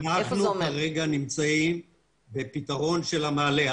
אנחנו כרגע נמצאים בפתרון של המעלה.